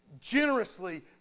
generously